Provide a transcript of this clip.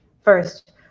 First